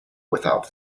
without